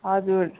हजुर